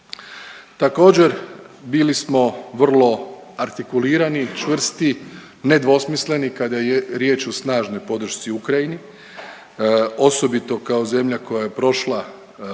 Također bili smo vrlo artikulirani, čvrsti, nedvosmisleni kada je riječ o snažnoj podršci Ukrajini. Osobito kao zemlja koja je prošla proces